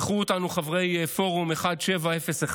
אירחו אותנו חברי פורום 1701,